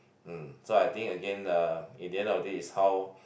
mm so I think again uh in the end of it is how